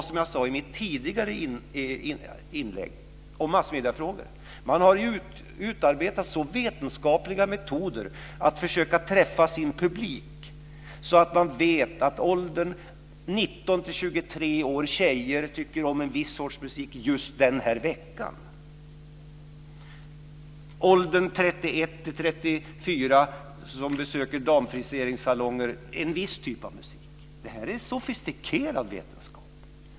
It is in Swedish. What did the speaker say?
Som jag sade i mitt tidigare inlägg om massmediefrågor har man utarbetat så vetenskapliga metoder för att försöka att träffa sin publik att man vet att tjejer i åldrarna 19-23 år tycker om en viss sorts musik under en viss vecka. Kvinnor i åldrarna 31-34 år som besöker damfriseringssalonger tycker om en annan typ av musik. Det här är sofistikerad vetenskap.